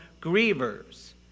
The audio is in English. grievers